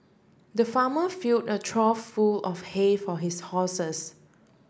the farmer fill a trough full of hay for his horses